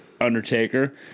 Undertaker